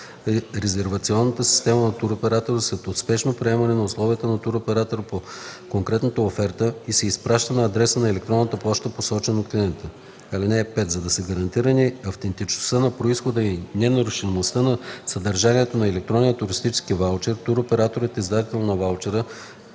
резервационната система на туроператора след успешно приемане на условията на туроператора по конкретната оферта и се изпраща на адрес на електронната поща, посочен от клиента. (5) За да са гарантирани автентичността на произхода и ненарушеността на съдържанието на електронния туристически ваучер, туроператорът – издател на ваучера,